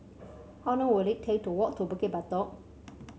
how long will it take to walk to Bukit Batok